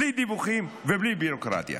בלי דיווחים ובלי ביורוקרטיה.